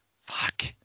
fuck